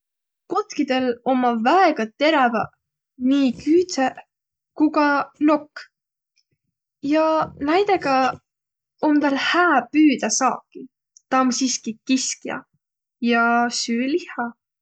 Kotkidõl ommaq väega teräväq nii küüdse ku ka nokk. Ja näidega om täl hää püüdäq saaki Tä om siski kiskja ja süü lihha.